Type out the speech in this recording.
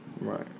Right